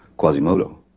Quasimodo